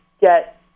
get